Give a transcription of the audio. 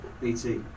BT